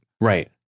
right